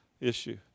issue